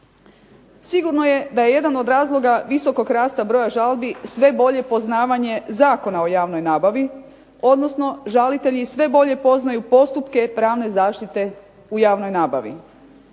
Sigurno je da je jedan od razloga visokog rasta broja žalbi sve bolje poznavanje Zakona o javnoj nabavi, odnosno žalitelji sve bolje poznaju postupke pravne zaštite u javnoj nabavi.